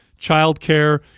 childcare